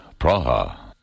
Praha